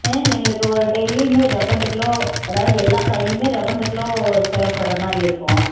ஆ எங்களுக்கு ஒரு டெய்லிமே ரெவெண்டு கிலோ அதாவது எல்லா காய்லையுமே ரெவெண்டு கிலோ தேவைப்பட்ற மாதிரி இருக்கும்